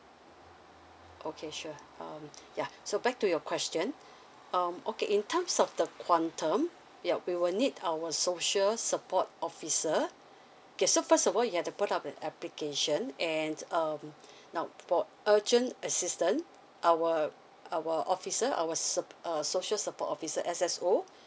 okay sure um yeah so back to your question um okay in terms of the quantum yup we will need our social support officer okay so first of all you have to put up with application and um now for urgent assistant our our officer our social support officer S_S_O